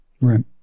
right